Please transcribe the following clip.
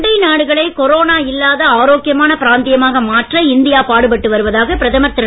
அண்டை நாடுகளை கொரோனா இல்லாத ஆரோக்கியமான பிராந்தியமாக மாற்ற இந்தியா பாடுபட்டு வருவதாக பிரதமர் திரு